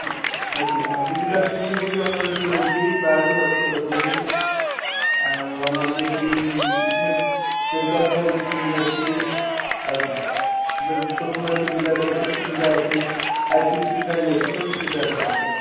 ଅଛି ହଁ Biju card facility ବି ଆମର ଏଠି ହୋଉଛି ବାହାରୁ ବି ଡକ୍ଟର୍ ଡକାଉଛୁ ଆଉ ଆମର ବି ଏଠି ମେଡିକାଲ୍ ପୁରା ନିଟ୍ କ୍ଲିନ୍ ଅଛି ଆଉ ସବ ସବୁ ପ୍ରକାରର ସୁବିଧା ବେଡ଼୍ ଫେଡ଼୍ ସୁବିଧା ଅଛି ଆଇ ସି ୟୁ ସୁବିଧା ବି ଅଛି ସବୁ ସୁବିଧା ଅଛି ଆମର